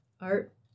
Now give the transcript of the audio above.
art